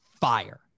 fire